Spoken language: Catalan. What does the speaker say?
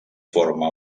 forma